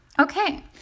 Okay